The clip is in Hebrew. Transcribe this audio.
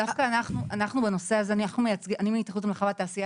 אני מהתאחדות המלאכה והתעשייה,